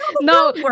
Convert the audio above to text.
no